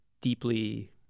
deeply